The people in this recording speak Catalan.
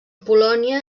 polònia